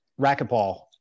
racquetball